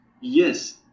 Yes